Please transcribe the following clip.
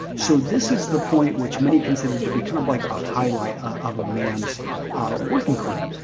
so this is the point which many consider to be kind of like the highlight of a man's working career.